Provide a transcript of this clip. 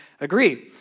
agree